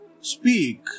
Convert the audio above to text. speak